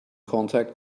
contact